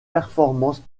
performances